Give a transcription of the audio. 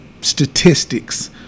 Statistics